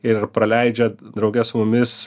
ir praleidžia drauge su mumis